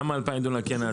למה 2,000 דונם כן נעצו?